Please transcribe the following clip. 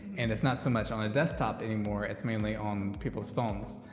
and it's not so much on a desktop anymore, it's mainly on people's phones,